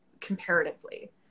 comparatively